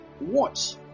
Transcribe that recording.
watch